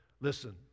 Listen